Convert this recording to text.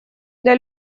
для